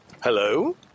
Hello